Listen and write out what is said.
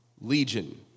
Legion